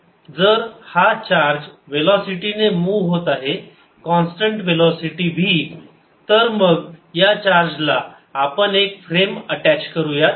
हे जर हा चार्ज वेलोसिटीने मूव्ह होत आहे कॉन्स्टंट वेलोसिटी v तर मग या चार्जला आपण एक फ्रेम अटॅच करूयात